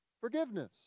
forgiveness